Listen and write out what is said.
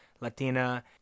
Latina